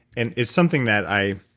and it's something that i,